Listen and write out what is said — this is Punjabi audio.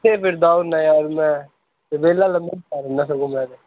ਕਿਥੇ ਫ਼ਿਰਦਾ ਹੁੰਦਾ ਯਾਰ ਮੈਂ ਅਤੇ ਵਿਹਲਾ ਲੰਮਾ ਪੈ ਜਾਂਦਾ ਸਗੋਂ ਮੈਂ ਤਾਂ